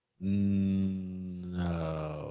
No